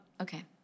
okay